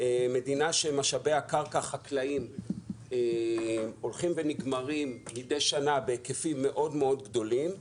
שמשאבי הקרקע החקלאיים שלה הולכים ונגמרים מדי שנה בהיקפים מאוד גדולים,